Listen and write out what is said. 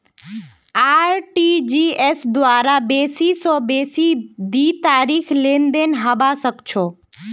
RTGS द्वारे बेसी स बेसी दी लाखेर लेनदेन हबा सख छ